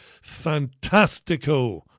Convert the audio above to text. Fantastico